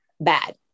bad